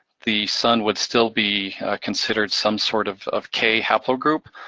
the son would still be considered some sort of of k haplogroup.